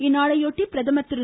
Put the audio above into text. இந்நாளையொட்டி பிரதமர் திரு